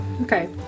Okay